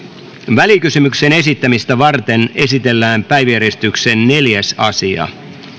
välikysymyksen esittämistä varten esitellään päiväjärjestyksen neljäs asia